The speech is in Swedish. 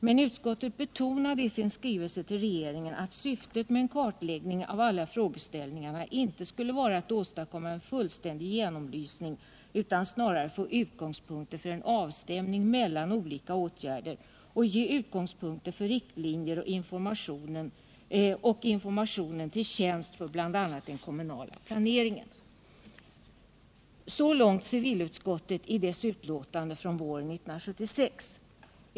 Men utskottet betonade i sin skrivning att syftet med en kartläggning av alla frågeställningar inte skulle vara att åstadkomma en fullständig genomlysning utan snarare att få utgångspunkter för en avstämning mellan olika åtgärder och ge utgångspunkter för riktlinjer och information till tjänst för bl.a. den kommunala planeringen. Så långt civilutskottet i dess betänkande våren 1976.